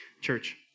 Church